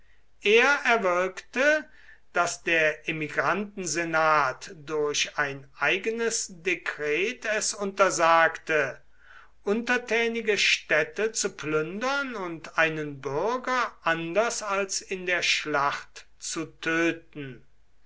er erwirkte daß der emigrantensenat durch ein eigenes dekret es untersagte untertänige städte zu plündern und einen bürger anders als in der schlacht zu töten